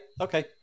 Okay